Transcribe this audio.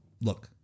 Look